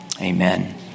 Amen